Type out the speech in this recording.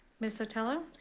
ms. sotelo.